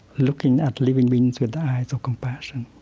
looking at living beings with the eyes of compassion.